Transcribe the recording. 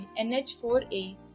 NH4A